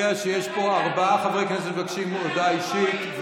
--- אני יודע שיש פה ארבעה חברי כנסת שמבקשים הודעה אישית.